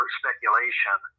speculation